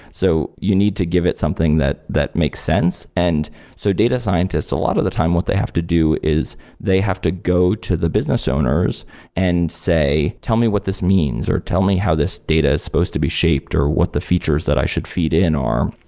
so you need to give it something that that makes sense. and so data scientists, a lot of the time what they have to do is they have to go to the business owners and say, tell me what this means, or tell me how this data is supposed to be shaped, or what the features that i should feed in are,